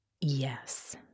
Yes